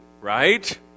right